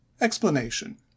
explanation